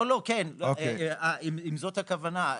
אוקיי, אם זו הכוונה.